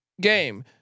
game